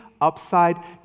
upside